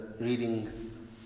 reading